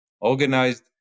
organized